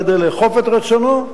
כדי לאכוף את רצונו,